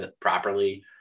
properly